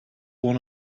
one